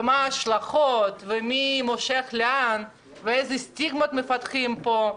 מה ההשלכות, מי מושך לאן, איזה סטיגמות מפתחים פה,